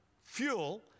fuel